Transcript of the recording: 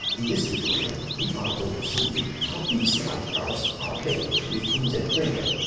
in this tutorial we are going to show you how pvc id cars are made with inkjet printer.